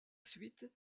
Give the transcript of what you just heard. suite